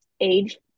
age